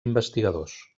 investigadors